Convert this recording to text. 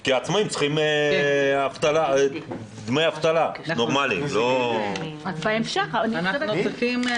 כי העצמאים צריכים דמי אבטלה נורמליים ולא כל מיני